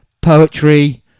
Poetry